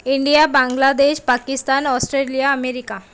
India Bangladesh Pakistan Australia America